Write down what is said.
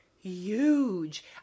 huge